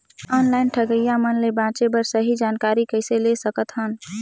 Online ठगईया मन ले बांचें बर सही जानकारी कइसे ले सकत हन?